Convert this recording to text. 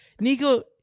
Nico